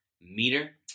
meter